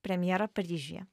premjerą paryžiuje